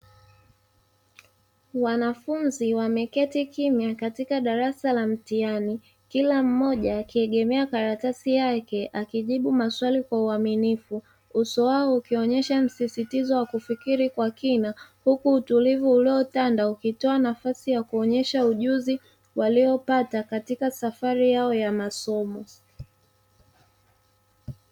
Wanafunzi wameketi kimya katika darasa la mtihani kila mmoja akiegemea karatasi yake akijibu maswali kwa uaminifu, uso wao ukionyesha msisitizo wa kufikiri kwa kina huku utulivu uliotanda ukitoa nafasi ya kuonyesha ujuzi waliopata katika safari yao ya masomo.